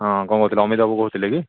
ହଁ କ'ଣ କହୁଥିଲେ ଅମିତ ବାବୁ କହୁଥିଲେ କି